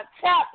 tap